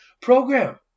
Program